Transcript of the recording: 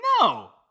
No